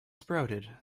sprouted